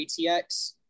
ATX